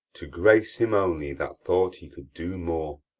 to grace him only, that thought he could do more,